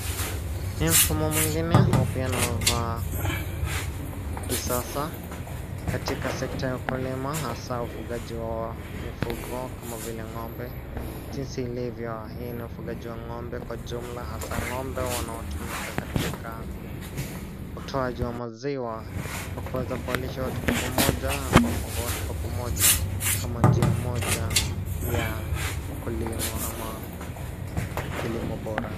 Ni mfumo mwingine huu pia wa kisasa katika sekta ya ukulima hasa ufugaji wa mifugo kama vile ng'ombe jinsi ilivyo hii ni ufugaji wa ng'ombe kwa jumla hasa ng'ombe wanaotumika katika utoaji wa maziwa ukiweza kuwalisha watu kwa pamoja na kuwafunga watu kwa pamoja kama njia moja ya ukulima ama kilimo bora.